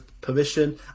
permission